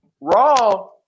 Raw